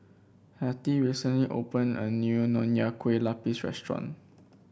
Hattie recently opened a new Nonya Kueh Lapis Restaurant